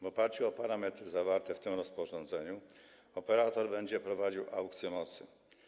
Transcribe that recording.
W oparciu o parametry zawarte w tym rozporządzeniu operator będzie prowadził aukcje mocy.